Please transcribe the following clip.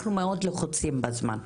אנחנו מאוד לחוצים בזמן,